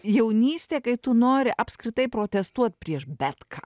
jaunystėje kai tu nori apskritai protestuot prieš bet ką